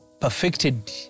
perfected